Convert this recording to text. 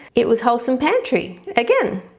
it was wholesome pantry again.